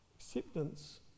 Acceptance